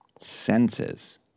Senses